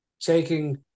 taking